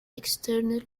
external